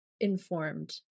informed